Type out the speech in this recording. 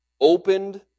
opened